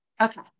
Okay